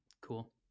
cool